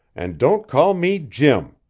and don't call me jim.